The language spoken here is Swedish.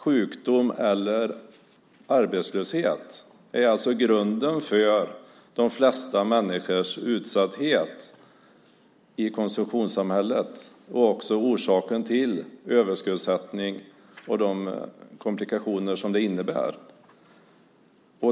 Sjukdom eller arbetslöshet är alltså grunden för de flesta människors utsatthet i konsumtionssamhället och också orsaken till överskuldsättning och de komplikationer som det innebär.